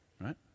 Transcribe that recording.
Right